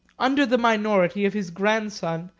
under the minority of his grandson,